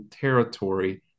territory